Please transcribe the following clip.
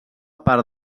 part